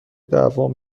دعوام